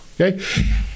okay